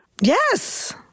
Yes